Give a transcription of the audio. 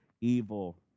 evil